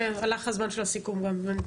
הלך הזמן של הסיכום גם, בני.